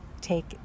take